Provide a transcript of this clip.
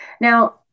now